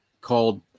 called